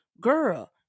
Girl